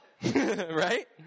Right